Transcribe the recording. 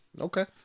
Okay